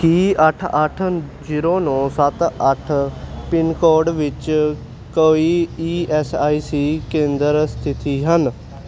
ਕੀ ਅੱਠ ਅੱਠ ਜੀਰੋ ਨੌ ਸੱਤ ਅੱਠ ਪਿਨਕੋਡ ਵਿੱਚ ਕੋਈ ਈ ਐੱਸ ਆਈ ਸੀ ਕੇਂਦਰ ਸਥਿਤ ਹਨ